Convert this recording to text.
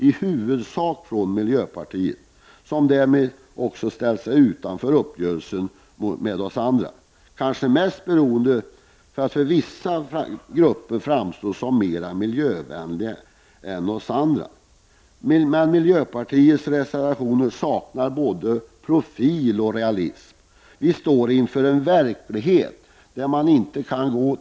I huvudsak är det miljöpartiet som har avgett reservationer. Därmed ställer man sig utanför den uppgörelse som vi andra har träffat. Det kanske främst beror på att man i jämförelse med oss andra inför vissa grupper vill framstå som mera miljövänlig. Miljöpartiets reservationer saknar dock både profil och realism. Men det är verkligheten som det handlar om.